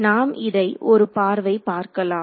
நாம் இதை ஒரு பார்வை பார்க்கலாம்